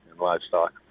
livestock